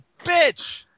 bitch